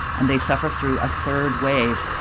and they suffer through a third wave,